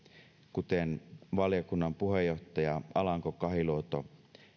kuten valiokunnan puheenjohtaja alanko kahiluoto